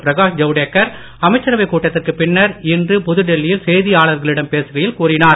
பிரகாஷ் ஜவ்டேக்கர் அமைச்சரவை கூட்டத்திற்கு பின்னர் இன்று புதுடெல்லியில் செய்தியாளர்களிடம் பேசுகையில் கூறினார்